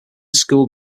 school